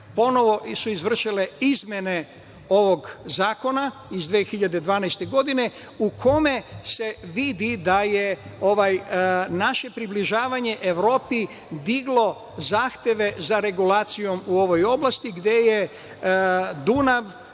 ponovo izvršile izmene ovog zakona iz 2012. godine, u kome se vidi da je naše približavanje Evropi diglo zahteve za regulacijom u ovoj oblasti gde je Dunav,